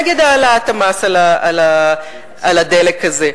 אני גם נגד העלאת המס על הדלק הזה.